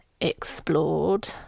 explored